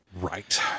Right